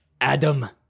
Adam